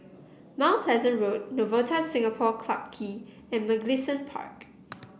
Mount Pleasant Road Novotel Singapore Clarke Quay and Mugliston Park